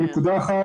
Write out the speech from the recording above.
נקודה אחת,